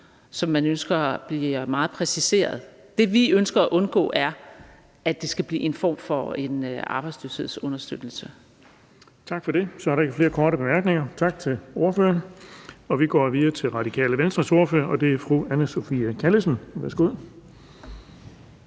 som man ønsker bliver meget præciseret. Det, vi ønsker at undgå, er, at det skal blive en form for arbejdsløshedsunderstøttelse. Kl. 18:41 Den fg. formand (Erling Bonnesen): Tak for det. Så der er ikke flere korte bemærkninger. Tak til ordføreren. Vi går videre til Radikale Venstres ordfører, og det fru Anne Sophie Callesen. Værsgo.